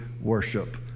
worship